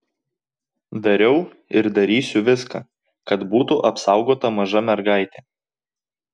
dariau ir darysiu viską kad būtų apsaugota maža mergaitė